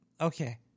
okay